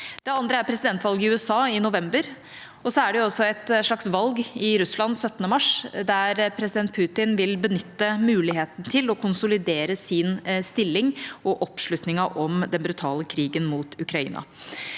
Det andre er presidentvalget i USA i november. Så er det også et slags valg i Russland 17. mars, der president Putin vil benytte muligheten til å konsolidere sin stilling og oppslutningen om den brutale krigen mot Ukraina.